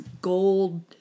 gold